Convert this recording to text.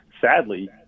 sadly